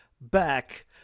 back